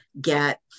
get